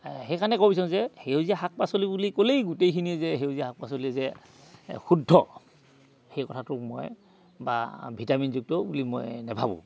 সেইকাৰণে কৈছোঁ যে সেউজীয়া শাক পাচলি বুলি ক'লেই গোটেইখিনিয়ে যে সেউজীয়া শাক পাচলি যে শুদ্ধ সেই কথাটো মই বা ভিটামিনযুক্তও বুলি মই নাভাবোঁ